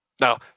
Now